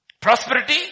Prosperity